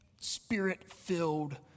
spirit-filled